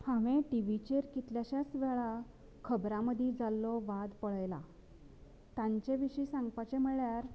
हांवेन टिवीचेर कितलेशेॆच वेळार खबरां मदीं जाल्लो वाद पळयलां तांचे विशीं सांगपाचे म्हळ्यार